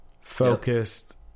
focused